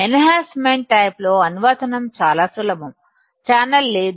ఎన్ హాన్సమెంట్ type లో అనువర్తనం చాలా సులభం ఛానల్ లేదు